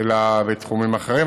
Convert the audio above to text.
אלא בתחומים אחרים.